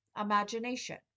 imagination